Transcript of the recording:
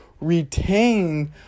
retain